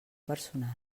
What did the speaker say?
personal